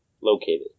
located